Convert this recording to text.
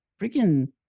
freaking